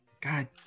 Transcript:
God